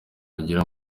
mugire